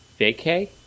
Vacay